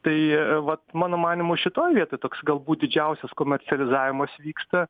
tai vat mano manymu šitoj vietoj toks galbūt didžiausias komercializavimas vyksta